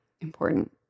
Important